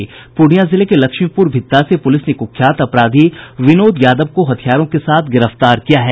पूर्णियां जिले के लक्ष्मीपुर भीत्ता से पुलिस ने कुख्यात अपराधी विनोद यादव को हथियारों के साथ गिरफ्तार किया है